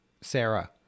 Sarah